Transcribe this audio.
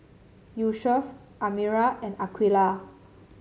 Yusuf Amirah and Aqilah